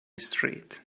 street